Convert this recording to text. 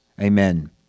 Amen